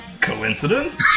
Coincidence